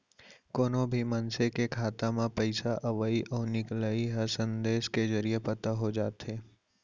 कोनो भी मनसे के खाता म पइसा अवइ अउ निकलई ह संदेस के जरिये पता हो जाथे